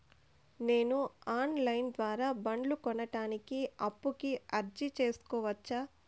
నేను online ద్వారా బండ్లు కొనడానికి అప్పుకి అర్జీ సేసుకోవచ్చా?